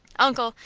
uncle,